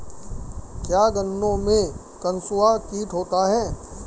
क्या गन्नों में कंसुआ कीट होता है?